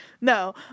No